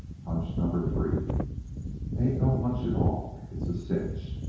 hunch number three ain't no hunch at all. it's a cinch.